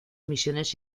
misiones